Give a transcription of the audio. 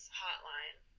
hotline